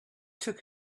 took